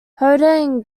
howden